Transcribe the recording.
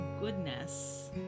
goodness